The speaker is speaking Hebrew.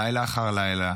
לילה אחר לילה,